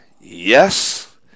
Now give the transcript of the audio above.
Yes